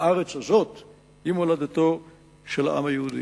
הארץ הזאת היא מולדתו של העם היהודי.